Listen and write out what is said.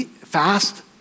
fast